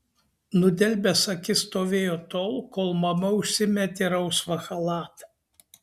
nudelbęs akis stovėjo tol kol mama užsimetė rausvą chalatą